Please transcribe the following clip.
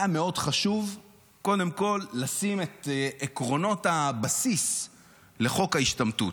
היה מאוד חשוב קודם כול לשים את עקרונות הבסיס לחוק ההשתמטות.